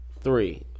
three